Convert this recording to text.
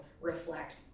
reflect